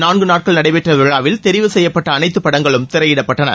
நான்கு நாட்கள் நடைபெற்ற விழாவில் தெரிவு செய்யப்பட்ட அனைத்து படங்களும் திரையிடப்பட்டன